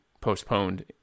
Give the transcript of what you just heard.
postponed